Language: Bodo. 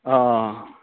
अ